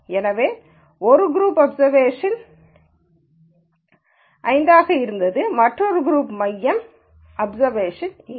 எனவே ஒரு group observation ஆக இருந்தது மற்ற குரூப் மையம் அப்சர்வேஷன் 8